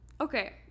okay